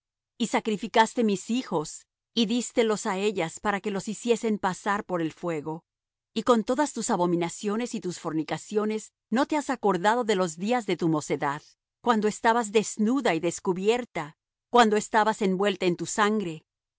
y sacrificaste mis hijos y dístelos á ellas para que los hiciesen pasar por el fuego y con todas tus abominaciones y tus fornicaciones no te has acordado de los días de tu mocedad cuando estabas desnuda y descubierta cuando estabas envuelta en tu sangre